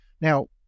Now